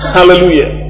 Hallelujah